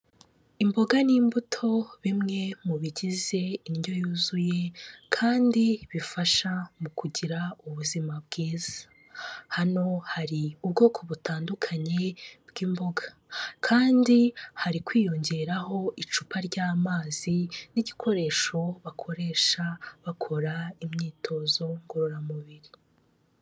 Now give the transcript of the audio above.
Imboga n'imbuto, bimwe mu bigize indyo yuzuye, kandi bifasha mu kugira ubuzima bwiza, hano hari ubwoko butandukanye bw'imboga, kandi hari kwiyongeraho icupa ry'amazi, n'igikoresho bakoresha bakora imyitozo ngororamubiri.